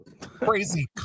crazy